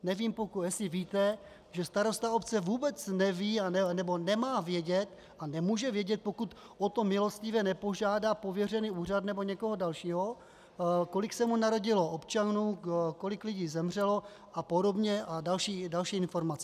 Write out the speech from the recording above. Nevím, jestli víte, že starosta obce vůbec neví anebo nemá vědět a nemůže vědět, pokud o to milostivě nepožádá pověřený úřad nebo někoho dalšího, kolik se mu narodilo občanů, kolik lidí zemřelo apod. a další informace.